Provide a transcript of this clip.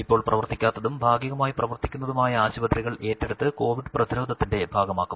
ഇപ്പോൾ പ്രവർത്തിക്കാത്തും ഭാഗികമായി പ്രവർത്തി ക്കുന്നതുമായി ആശുപത്രികൾ ഏറ്റെടുത്ത് കോവിഡ് പ്രതിരോധത്തിന്റെ ഭാഗമാക്കും